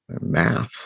math